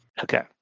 Okay